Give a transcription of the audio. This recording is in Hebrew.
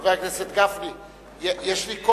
חבר הכנסת גפני, יש לי הערה.